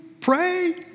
pray